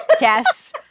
yes